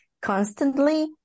constantly